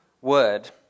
word